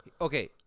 Okay